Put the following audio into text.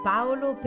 Paolo